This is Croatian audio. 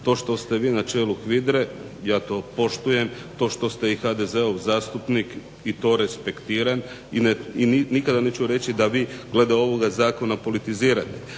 To što ste vi na čelu HVIDRA-e ja to poštujem, to što ste i HDZ-ov zastupnik i to respektiram i nikada neću reći da vi glede ovoga zakona politizirate,